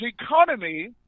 economy